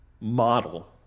model